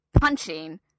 punching